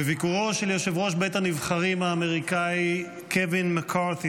בביקורו של יושב-ראש בית הנבחרים האמריקאי קווין מקארתי,